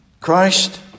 Christ